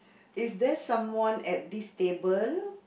is there someone at this table